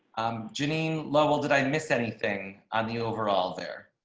janine level. did i miss anything on the overall there.